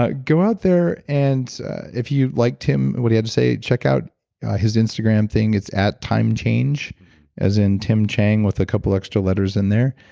go out there and if you liked tim and what he had to say, check out his instagram thing, it's at timechange as in, tim chang with a couple extra letters in there.